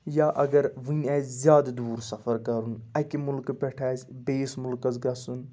یا اگر وٕنۍ آسہِ زیادٕ دوٗر سَفر کَرُن اَکہِ مُلکہٕ پٮ۪ٹھ آسہِ بیٚیِس مُلکَس گَژھُن